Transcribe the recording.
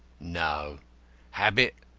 no habit,